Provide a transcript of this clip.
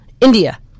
India